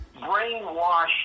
brainwash